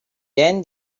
then